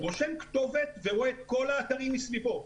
רושם כתובת ורואה את כל האתרים מסביבו.